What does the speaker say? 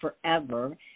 forever